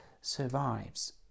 survives